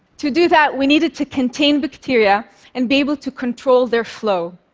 to do that, we needed to contain bacteria and be able to control their flow.